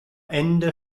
ende